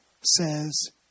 says